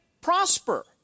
prosper